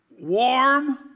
warm